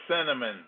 cinnamon